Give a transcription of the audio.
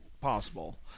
possible